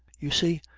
you see,